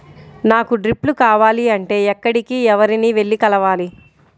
నాకు డ్రిప్లు కావాలి అంటే ఎక్కడికి, ఎవరిని వెళ్లి కలవాలి?